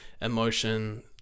emotion